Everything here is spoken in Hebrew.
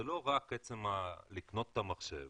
זה לא רק לקנות את המחשב